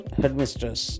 headmistress